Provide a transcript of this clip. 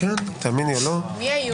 מי היה?